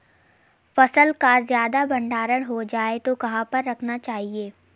फसल का ज्यादा भंडारण हो जाए तो कहाँ पर रखना चाहिए?